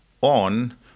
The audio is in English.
on